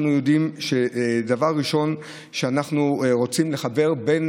אנחנו יודעים שדבר ראשון אנחנו רוצים לחבר בין